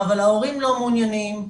אבל ההורים לא מעוניינים,